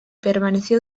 permaneció